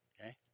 Okay